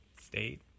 State